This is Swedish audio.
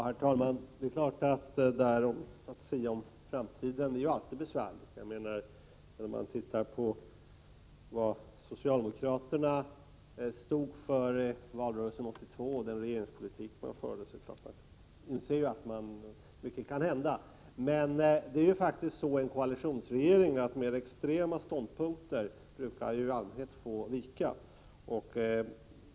Herr talman! Det är klart att det alltid är besvärligt att sia om framtiden. När man ser på vad socialdemokraterna stod för i valrörelsen 1982 och jämför det med den politik regeringen har fört, inser man att mycket kan hända. Men det är faktiskt så att i en koalitionsregering brukar mer extrema ståndpunkter i allmänhet få vika.